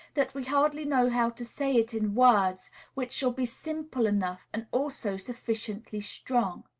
that we hardly know how to say it in words which shall be simple enough and also sufficiently strong.